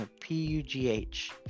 p-u-g-h